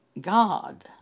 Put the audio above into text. God